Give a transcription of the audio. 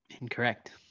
Incorrect